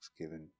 given